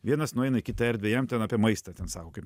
vienas nueina į kitą erdvę jam ten apie maistą ten sako kaip